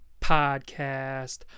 podcast